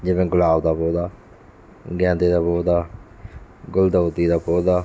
ਜਿਵੇਂ ਗੁਲਾਬ ਦਾ ਪੌਦਾ ਗੈਂਦੇ ਦਾ ਪੌਦਾ ਗੁਲਦਉਤੀ ਦਾ ਪੌਦਾ